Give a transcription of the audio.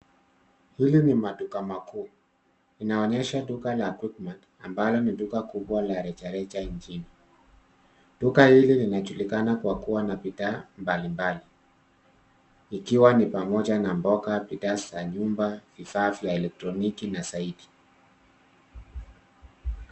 Hili ni maduka makuu. Inaonyesha duka la Quickmart ambalo ni kubwa la rejareja nchini. Duka hili linajulikana kwa kuwa na bidhaa mbalimbali ikiwa ni pamoja na mboga, bidhaa za nyumba, vifaa vya elektroniki na zaidi.